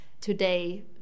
today